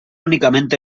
únicamente